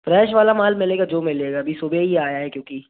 fresh वाला माल मिलेगा जो मिलेगा अभी सुबह ही आया है क्योंकि